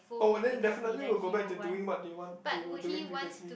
oh then definitely will go back to doing what they want they were doing previously